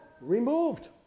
removed